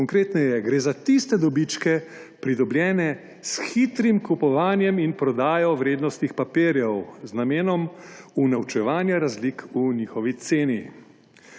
Konkretneje, gre za tiste dobičke, pridobljene s hitrim kupovanjem in prodajo vrednostnih papirjev z namenom unovčevanja razlik v njihovi ceni.